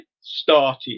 started